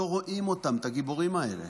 למה לא רואים אותם, את הגיבורים האלה?